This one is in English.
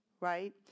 right